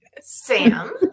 Sam